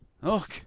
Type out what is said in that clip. Look